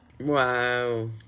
Wow